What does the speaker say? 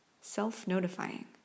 Self-notifying